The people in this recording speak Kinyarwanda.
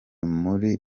muri